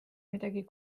midagi